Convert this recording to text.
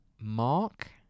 Mark